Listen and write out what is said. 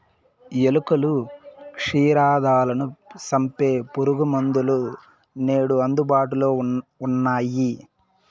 ఎలుకలు, క్షీరదాలను సంపె పురుగుమందులు నేడు అందుబాటులో ఉన్నయ్యి